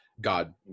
God